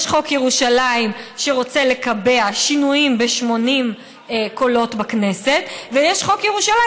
יש חוק ירושלים שרוצה לקבע שינויים ב-80 קולות בכנסת ויש חוק ירושלים